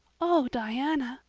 oh, diana,